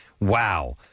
Wow